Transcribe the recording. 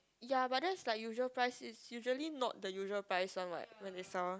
ya but that's like usual price it's usually not the usual price one what when they sell